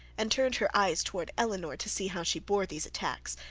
and turned her eyes towards elinor to see how she bore these attacks,